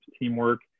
teamwork